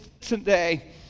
today